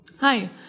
Hi